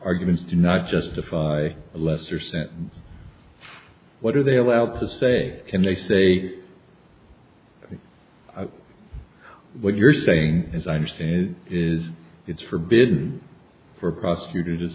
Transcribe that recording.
arguments do not justify a lesser sentence what are they allowed to say and they say what you're saying as i understand it is it's forbidden for prosecutor